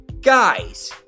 guys